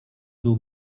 był